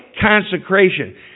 consecration